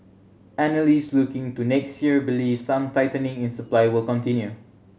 analysts looking to next year believe some tightening in supply will continue